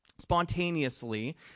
spontaneously